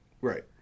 right